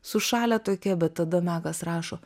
sušalę tokię bet tada mekas rašo